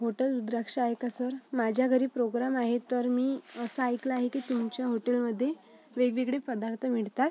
hotel Rudraksh आहे का sir माझ्या घरी प्रोग्राम आहे तर मी असं ऐकलं आहे की तुमच्या होटेलमध्ये वेगवेगळे पदार्थ मिळतात